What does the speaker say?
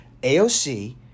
AOC